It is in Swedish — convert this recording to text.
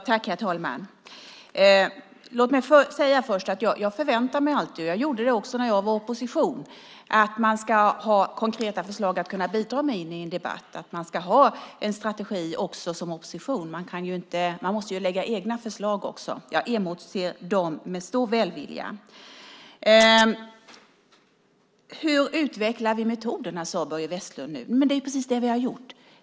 Herr talman! Låt mig först säga att jag alltid förväntar mig, och jag gjorde det också när jag var i opposition, att man ska ha konkreta förslag att kunna bidra med i en debatt och en strategi också som opposition. Man måste lägga fram egna förslag. Jag emotser dem med stor välvilja. Hur utvecklar vi metoderna? frågade nu Börje Vestlund. Det är precis det vi har gjort.